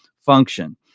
function